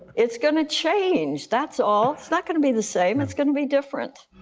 it's going to change. that's all. it's not going to be the same. it's going to be different.